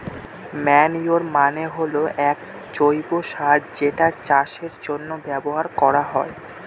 manure মানে হল এক জৈব সার যেটা চাষের জন্য ব্যবহার করা হয়